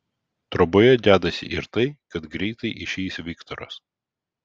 troboje dedasi ir tai kad greitai išeis viktoras